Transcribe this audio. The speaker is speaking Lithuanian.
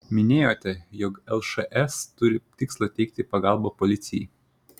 minėjote jog lšs turi tikslą teikti pagalbą policijai